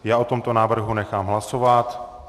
Já o tomto návrhu nechám hlasovat.